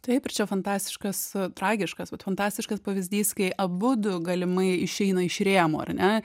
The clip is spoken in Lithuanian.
taip ir čia fantastiškas tragiškas vat fantastiškas pavyzdys kai abudu galimai išeina iš rėmų ar ne